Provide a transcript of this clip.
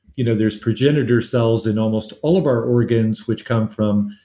you know there's progenitor cells in almost all of our organs which come from